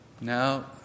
Now